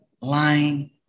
lying